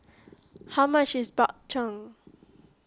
how much is Bak Chang